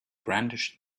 brandished